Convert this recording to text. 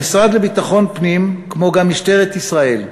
המשרד לביטחון פנים, כמו גם משטרת ישראל,